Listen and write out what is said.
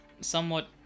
somewhat